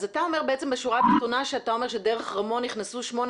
אז אתה אומר בעצם בשורה התחתונה שדרך רמון נכנסו שמונה